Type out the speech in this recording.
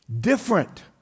Different